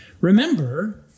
Remember